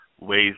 ways